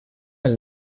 del